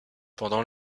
pendant